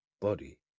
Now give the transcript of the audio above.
body